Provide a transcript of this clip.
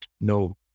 No